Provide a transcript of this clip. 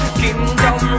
kingdom